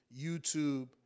YouTube